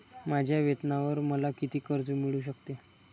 माझ्या वेतनावर मला किती कर्ज मिळू शकते?